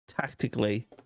Tactically